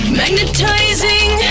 magnetizing